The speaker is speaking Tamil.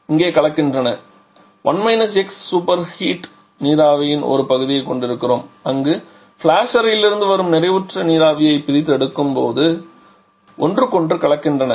இங்கே கலக்கின்றன சூப்பர்ஹீட் நீராவியின் ஒரு பகுதியைக் கொண்டிருக்கிறோம் அங்கு ஃபிளாஷ் அறையிலிருந்து வரும் நிறைவுற்ற நீராவியை பிரித்தெடுக்கும் போது அவை இங்கே ஒன்றுக்கொன்று கலக்கின்றன